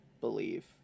believe